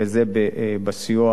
בסיוע